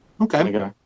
Okay